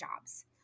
jobs